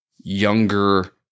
younger